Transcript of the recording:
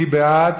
מי בעד